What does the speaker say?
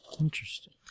Interesting